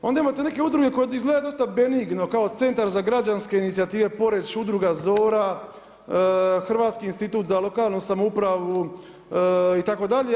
Onda imate neke udruge koje izgledaju dosta benigno kao Centar za građanske inicijative Poreč, Udruga Zora, Hrvatski institut za lokalnu samoupravu itd.